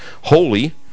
holy